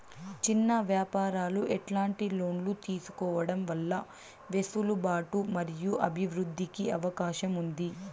చిన్న వ్యాపారాలు ఎట్లాంటి లోన్లు తీసుకోవడం వల్ల వెసులుబాటు మరియు అభివృద్ధి కి అవకాశం ఉంది?